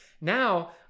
Now